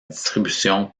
distribution